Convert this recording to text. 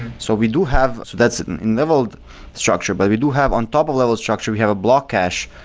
so we do have so that's in leveled structure. but we do have on top of level structure, we have a block cache,